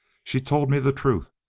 she told me the truth.